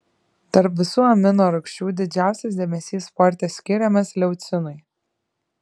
tarp visų amino rūgščių didžiausias dėmesys sporte skiriamas leucinui